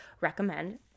recommend